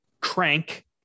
crank